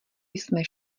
jsme